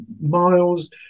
Miles